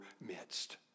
midst